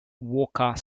walker